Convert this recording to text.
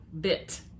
bit